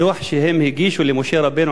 הדוח שהם הגישו למשה רבנו,